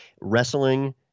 wrestling